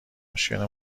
مشکل